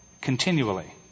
continually